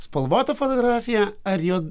spalvota fotografija ar juo